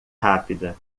rápida